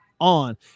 on